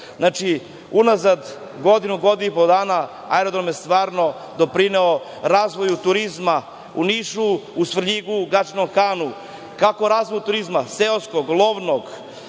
unazad godinu, godinu i po dana, Aerodrom je stvarno doprineo razvoju turizma u Nišu, u Svrljigu, Gadžinom Hanu, kako razvoju turizma, seoskog, lovnog,